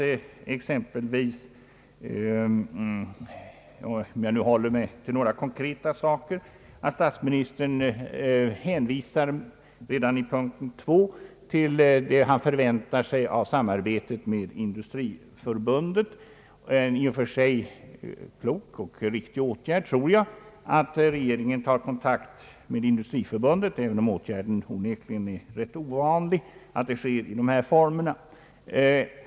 Om jag håller mig till några kon kreta frågor hänvisade statsministern redan i punkten 2 till vad han förväntar sig av samarbetet med industriförbundet. Jag tror att det är en i och för sig klok och riktig åtgärd att regeringen tar kontakt med industriförbundet, även om det onekligen är rätt ovanligt att detta sker under sådana här former.